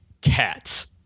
Cats